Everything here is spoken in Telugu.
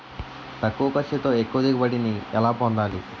తక్కువ ఖర్చుతో ఎక్కువ దిగుబడి ని ఎలా పొందాలీ?